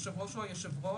היושב ראש הוא היושב ראש,